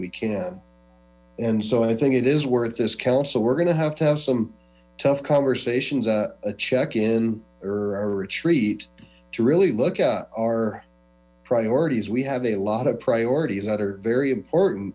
we can and so i think it is worth this council we're gonna have to have some tough conversations a a check or a retreat to really look at our priorities we have a lot of priorities that are very important